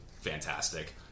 fantastic